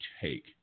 take